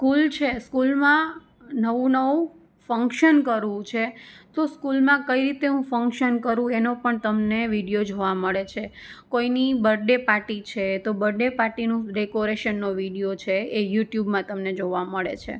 school છે સ્કૂલમાં નવું નવું ફંક્શન કરવું છે તો સ્કૂલમાં કઈ રીતે હું ફંક્શન કરું એનો પણ તમને વીડિયો જોવા મળે છે કોઈની બર્થડે પાર્ટી છે તો બર્થડે પાર્ટીનું ડેકોરેશનનો વીડિયો છે એ યુટ્યુબમાં તમને જોવા મળે છે